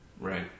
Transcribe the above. Right